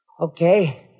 Okay